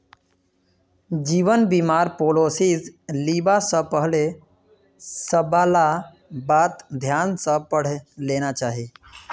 जीवन बीमार पॉलिसीस लिबा स पहले सबला बात ध्यान स पढ़े लेना चाहिए